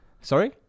Sorry